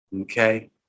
okay